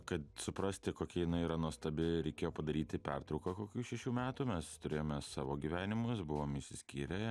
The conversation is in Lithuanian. kad suprasti kokia jinai yra nuostabi reikėjo padaryti pertrauką kokių šešių metų mes turėjome savo gyvenimus buvom išsiskyrę